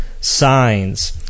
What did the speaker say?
signs